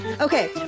okay